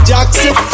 Jackson